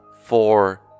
four